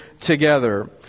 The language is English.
together